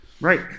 right